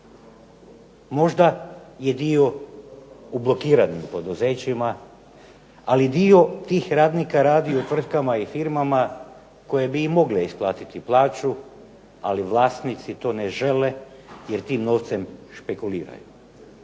Možda je dio u blokiranim poduzećima, ali dio tih radnika radi u tvrtkama i firmama koje bi i mogle isplatiti plaću, ali vlasnici to ne žele jer tim novcem špekuliraju,